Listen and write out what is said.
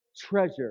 treasure